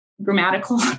grammatical